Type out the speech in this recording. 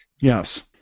Yes